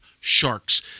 sharks